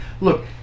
look